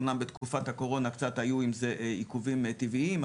אמנם בתקופת הקורונה קצת היו עם זה עיכובים טבעיים,